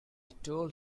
told